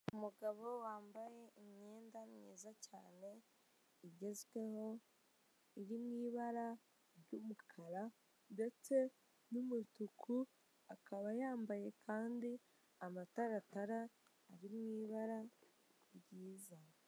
Umugabo wambaye imyenda myiza cyane igezweho, iri mu ibara ry'umukara ndetse n'umutuku akaba yambaye amataratara ari mu ibara ryiza.